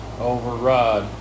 override